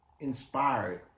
inspired